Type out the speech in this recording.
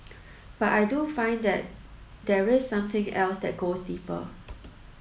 but I do find that there is something else that goes deeper